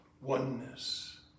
Oneness